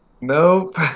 Nope